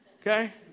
Okay